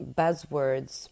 buzzwords